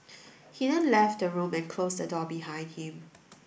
he then left the room and closed the door behind him